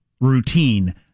routine